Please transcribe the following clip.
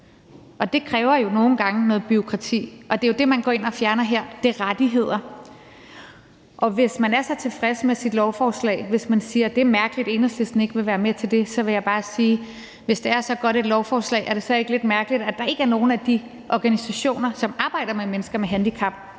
og det kræver jo nogle gange noget bureaukrati, og det, man går ind og fjerner her, er jo rettigheder. Og hvis man er så tilfreds med sit lovforslag og siger, at det er mærkeligt, at Enhedslisten ikke vil være med til det, vil jeg bare sige: Hvis det er så godt et lovforslag, er det så ikke lidt mærkeligt, at der ikke er nogen af de organisationer, som arbejder med mennesker med handicap,